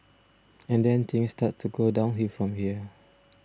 and then things start to go downhill from here